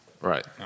right